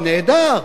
"נהדר".